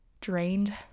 drained